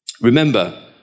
Remember